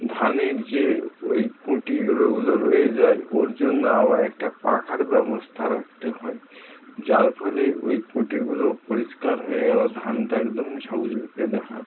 ধানের যে ওই খুঁটি গুঁড়ো ওগুলো রয়ে যায় ওর জন্য আবার একটা পাখার ব্যবস্থা রাখতে হয় যার ফলে ওই খুঁটিগুলো পরিষ্কার হয়ে আবার ধানটা একদম ঝকঝকে দেখাবে